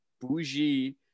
bougie